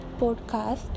podcast